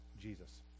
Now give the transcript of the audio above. Jesus